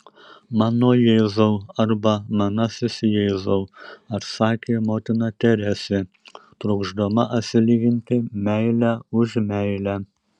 mano jėzau arba manasis jėzau atsakė motina teresė trokšdama atsilyginti meile už meilę